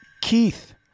Keith